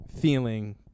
feeling